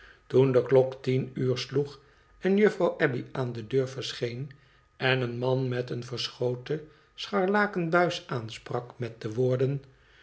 toen de klok tien uur sloeg en juffrouw abbey aan de deur verscheen en een man met een verschoten scharlaken buis aansprak met de woorden